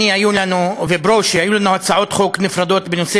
אני וברושי היו לנו הצעות חוק נפרדות בנושא